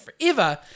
forever